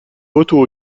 retour